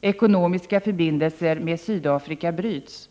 ekonomiska förbindelser med Sydafrika bryts.